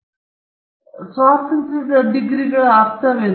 ಸ್ವಲ್ಪ ಸಮಯದ ನಂತರ ನಾವು ನೋಡುತ್ತಿರುವ ಸ್ವಾತಂತ್ರ್ಯದ ಡಿಗ್ರಿಗಳ ಅರ್ಥವೇನು